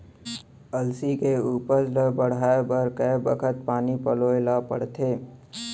अलसी के उपज ला बढ़ए बर कय बखत पानी पलोय ल पड़थे?